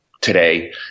today